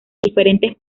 diferentes